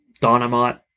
dynamite